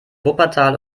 wuppertal